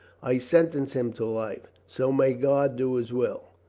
i sentence him to life. so may god do his will.